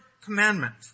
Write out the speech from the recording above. commandment